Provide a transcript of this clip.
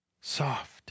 Soft